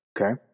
Okay